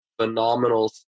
phenomenal